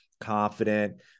confident